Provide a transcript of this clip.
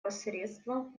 посредством